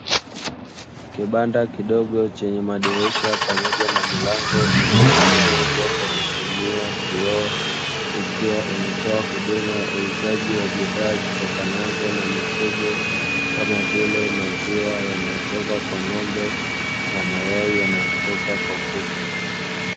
Kibanda kidogo chenye madirisha pamoja na milango iliyotengenezwa kwa kutumia kioo, ikiwa inatoa huduma ya uuzaji wa bidhaa zitokanazo na mifugo kama vile: maziwa yanayotoka kwa ng'ombe na mayai yanayotoka kwa kuku.